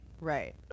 Right